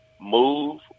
move